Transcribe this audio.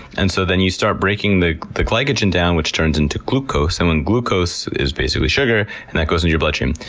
and so then you start breaking the the glycogen down, which turns into glucose, um and glucose is basically sugar, and that goes into and your bloodstream.